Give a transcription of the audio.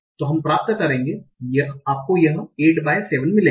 तो हम प्राप्त करेंगे आपको यह 8 बाय 7 मिलेगा